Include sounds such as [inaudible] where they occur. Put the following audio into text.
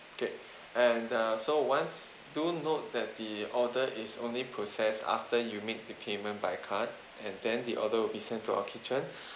okay and uh so once do note that the order is only processed after you make the payment by card and then the order will be sent to our kitchen [breath]